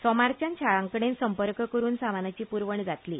सोमारच्या शाळां कडेन संपर्क करून सामानाची पुरवण जातली